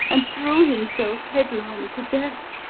and threw himself headlong to death.